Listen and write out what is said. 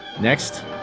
Next